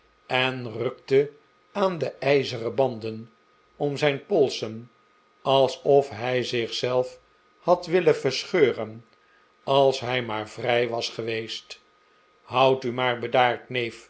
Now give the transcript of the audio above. en rukte aan de ijzeren banden om zijn polsen alsof hij zich zelf had willen verscheuren als hij maar vrij was geweest houd u maar bedaard